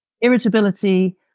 irritability